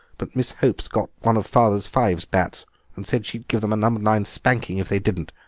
but miss hope got one of father's fives-bats and said she'd give them a number nine spanking if they didn't,